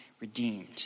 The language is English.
redeemed